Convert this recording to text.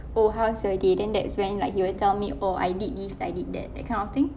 oh how's your day then that's when like he will tell me oh I did this I did that that kind of thing